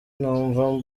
numva